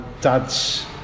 dad's